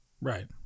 Right